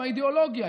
עם האידיאולוגיה,